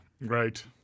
Right